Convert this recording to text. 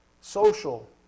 Social